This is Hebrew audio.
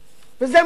וזה מגוון,